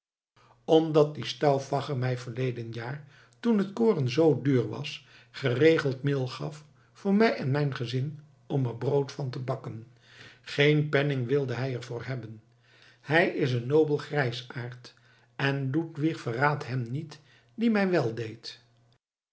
omdat die stauffacher mij verleden jaar toen het koren zoo duur was geregeld meel gaf voor mij en mijn gezin om er brood van te bakken geen penning wilde hij er voor hebben hij is een nobel grijsaard en ludwig verraadt hem niet die mij weldeed